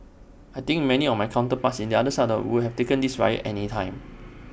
I think many of my counterparts in other side would have taken this riot any time